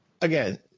again